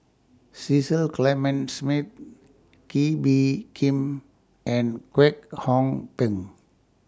Cecil Clementi Smith Kee Bee Khim and Kwek Hong Png